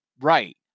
right